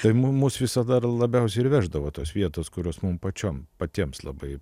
tai mum mus visada ir labiausiai ir veždavo tos vietos kurios mum pačiom patiems labai